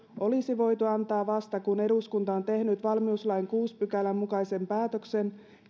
olisi voitu antaa vasta kun eduskunta on tehnyt valmiuslain kuudennen pykälän mukaisen päätöksen